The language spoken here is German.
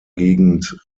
gegend